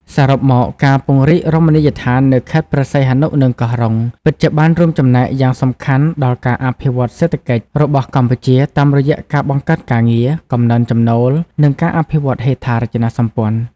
សរុបមក ការពង្រីករមណីយដ្ឋាននៅខេត្តព្រះសីហនុ និងកោះរ៉ុង ពិតជាបានរួមចំណែកយ៉ាងសំខាន់ដល់ ការអភិវឌ្ឍសេដ្ឋកិច្ច របស់កម្ពុជា តាមរយៈការបង្កើតការងារ កំណើនចំណូល និងការអភិវឌ្ឍហេដ្ឋារចនាសម្ព័ន្ធ។